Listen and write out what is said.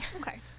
Okay